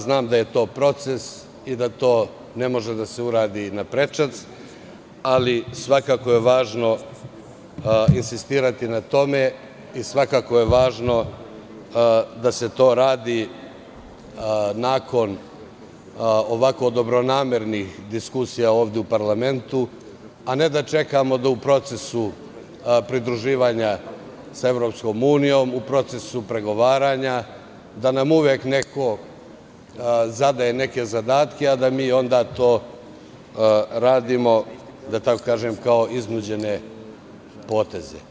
Znam da je to proces i da to ne može da se uradi na prečac, ali je svakako važno insistirati na tome i svakako je važno da se to radi nakon ovako dobronamernih diskusija ovde u parlamentu, a ne da čekamo da u procesu pridruživanja sa EU, u procesu pregovaranja, da nam uvek neko zadaje neke zadatke a da mi onda to radimo kao iznuđene poteze.